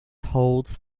holds